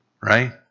Right